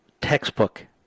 textbook